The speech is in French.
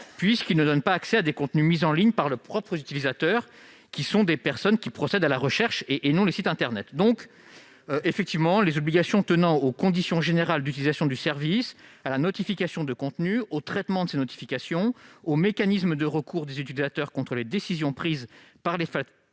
puisque ceux-ci ne donnent pas accès à des contenus mis en ligne par leurs propres utilisateurs, qui sont des personnes qui procèdent à des recherches de sites internet. Effectivement, les obligations tenant aux conditions générales d'utilisation du service, à la notification de contenus, au traitement de ces notifications, aux mécanismes de recours des utilisateurs contre les décisions prises par les plateformes,